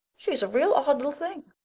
she's a real odd little thing.